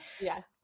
Yes